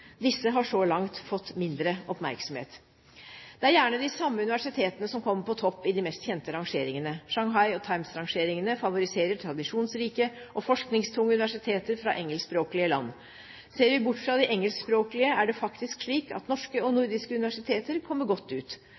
Disse har så langt fått mindre oppmerksomhet. Det er gjerne de samme universitetene som kommer på topp i de mest kjente rangeringene. Shanghai- og Times-rangeringene favoriserer tradisjonsrike og forskningstunge universiteter i engelskspråklige land. Ser vi bort fra de engelskspråklige, er det faktisk slik at norske og nordiske universiteter kommer godt ut.